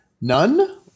none